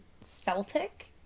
celtic